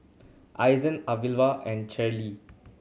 Iza Alvia and Cherryl